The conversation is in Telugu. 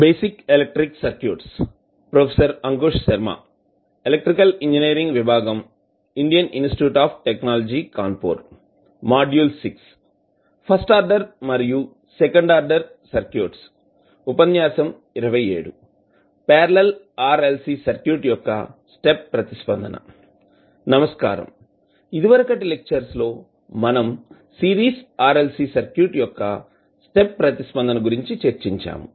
basic electric circuits professor Ankush Sharma electrical engineering విభాగం Indian institute of టెక్నాలజీకాన్పూర్ module 6 first order మరియు సెకండ్ ఆర్డర్ సర్క్యూట్స్ ఉపన్యాసం 27 ప్యారలల్ RLC సర్క్యూట్ యొక్క స్టెప్ ప్రతిస్పందన నమస్కారం ఇదివరకటి లెక్చర్స్ లో మనం సిరీస్ RLC సర్క్యూట్ యొక్క స్టెప్ ప్రతిస్పందన గురించి చర్చించాము